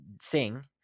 sing